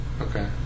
Okay